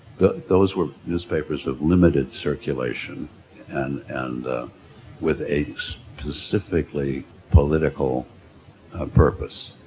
those were newspapers of limited circulation and and with a specifically political purpose.